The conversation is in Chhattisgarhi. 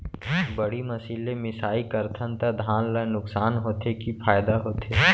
बड़ी मशीन ले मिसाई करथन त धान ल नुकसान होथे की फायदा होथे?